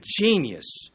genius